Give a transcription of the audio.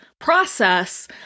process